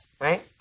Right